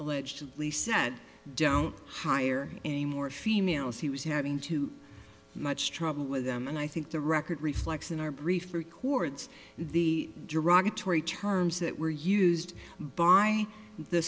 alleged police said don't hire any more females he was having too much trouble with them and i think the record reflects in our brief records the derogatory terms that were used by the